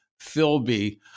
Philby